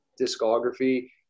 discography